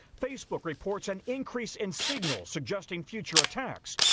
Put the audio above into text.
facebook reports an increase in signal suggesting future attacks.